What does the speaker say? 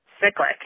cyclic